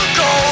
go